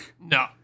No